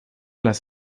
las